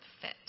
fit